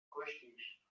کشتیش